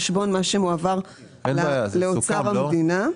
על חשבון מה שמועבר לאוצר המדינה.